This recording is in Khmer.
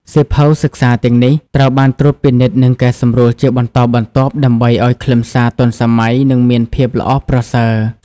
សៀវភៅសិក្សាទាំងនេះត្រូវបានត្រួតពិនិត្យនិងកែសម្រួលជាបន្តបន្ទាប់ ដើម្បីឱ្យខ្លឹមសារទាន់សម័យ និងមានភាពល្អប្រសើរ។